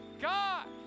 God